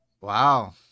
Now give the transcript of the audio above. Wow